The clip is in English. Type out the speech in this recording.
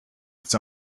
its